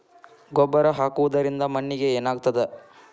ಗೊಬ್ಬರ ಹಾಕುವುದರಿಂದ ಮಣ್ಣಿಗೆ ಏನಾಗ್ತದ?